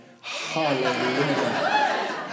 hallelujah